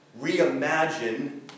Reimagine